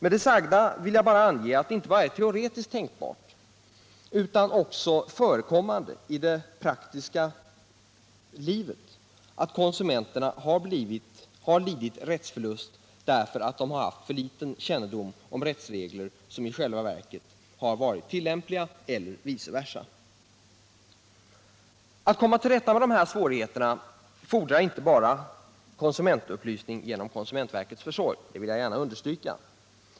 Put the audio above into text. Det är således inte bara teoretiskt tänkbart utan det förekommer också i det praktiska livet att konsumenterna lider rättsförlust därför att de har för liten kännedom om rättsregler. För att komma till rätta med de här svårigheterna fordras inte bara konsumentupplysning genom konsumentverkets försorg — det vill jag gärna understryka.